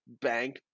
bank